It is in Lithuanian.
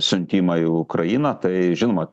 siuntimą į ukrainą tai žinoma